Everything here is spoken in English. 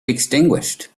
extinguished